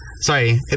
sorry